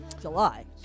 july